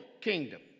kingdom